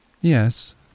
Yes